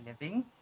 living